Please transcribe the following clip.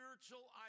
spiritual